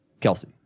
Kelsey